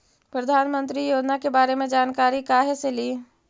प्रधानमंत्री योजना के बारे मे जानकारी काहे से ली?